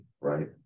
right